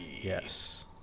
yes